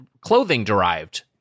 clothing-derived